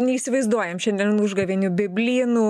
neįsivaizduojam šiandien užgavėnių be blynų